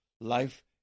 life